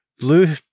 Blue